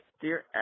Dear